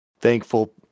Thankful